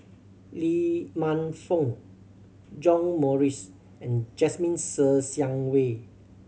Lee Man Fong John Morrice and Jasmine Ser Xiang Wei